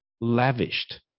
Lavished